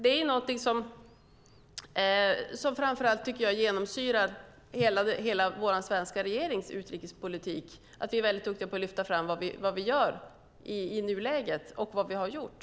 Det är någonting som jag tycker framför allt genomsyrar vår svenska regerings hela utrikespolitik, att vi är väldigt duktiga på att lyfta fram vad vi gör i nuläget och vad vi har gjort.